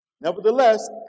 Nevertheless